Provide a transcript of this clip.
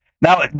now